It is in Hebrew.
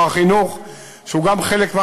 הוא לא חשוב,